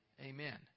amen